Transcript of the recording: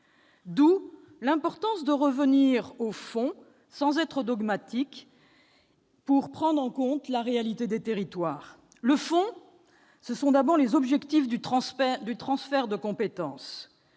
Il importe donc de revenir au fond sans être dogmatique pour prendre en compte la réalité des territoires. Le fond, ce sont d'abord les objectifs du transfert de compétences